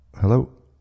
Hello